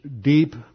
deep